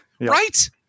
Right